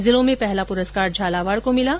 जिलों में पहला पुरस्कार झालावाड़ को भिला है